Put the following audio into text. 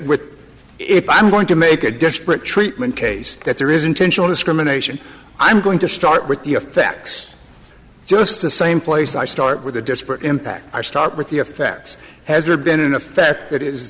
that if i'm going to make a disparate treatment case that there is intentional discrimination i'm going to start with the effects just the same place i start with a disparate impact or start with the effects has there been an effect